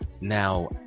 Now